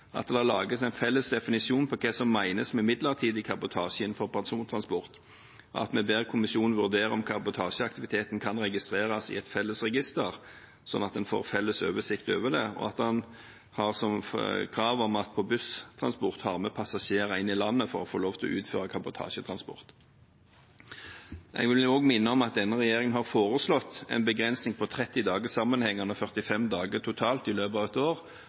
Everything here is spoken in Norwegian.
at det lages en felles definisjon på hva som menes med midlertidig kabotasje innenfor persontransport, at vi ber kommisjonen vurdere om kabotasjeaktiviteten kan registreres i et felles register, slik at en får felles oversikt over det, og at en har krav om at busstransport har med passasjerer inn i landet for å få lov til å utføre kabotasjetransport. Jeg vil også minne om at denne regjeringen har foreslått en begrensning på 30 dager sammenhengende og 45 dager totalt i løpet av et år